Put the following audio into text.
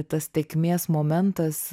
tas tėkmės momentas